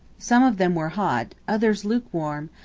some of them were hot, others lukewarm,